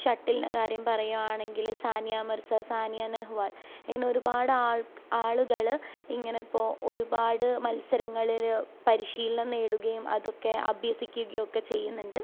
ഷട്ടിലിൻ്റെ കാര്യം പറയുകയാണെങ്കിൽ സാനിയ മിർസ സാനിയ നെഹ്വാൻ ഇങ്ങനെ ഒരുപാട് ആൾ ആളുകൾ ഇങ്ങനെ ഇപ്പോൾ ഒരുപാട് മത്സരങ്ങളിൽ പരിശീലനം നേടുകയും അതൊക്കെ അഭ്യസിക്കുകയും ഒക്കെ ചെയ്യുന്നുണ്ട്